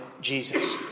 Jesus